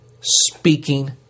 speaking